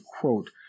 quote